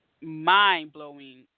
mind-blowing